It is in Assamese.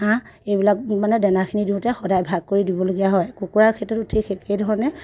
হাঁহ এইবিলাক মানে দানাখিনি দিওঁতে সদায় ভাগ কৰি দিবলগীয়া হয় কুকুৰাৰ ক্ষেত্ৰতো ঠিক সেইধৰণে